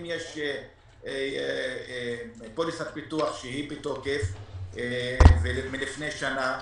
אם יש פוליסת ביטוח שהיא בתוקף ומלפני שנה,